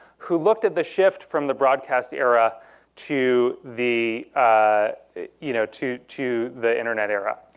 who looked at the shift from the broadcast era to the ah you know to to the internet era.